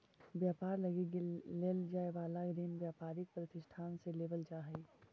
व्यापार लगी लेल जाए वाला ऋण व्यापारिक प्रतिष्ठान से लेवल जा हई